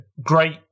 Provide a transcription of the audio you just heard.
great